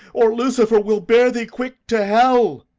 or lucifer will bear thee quick to hell!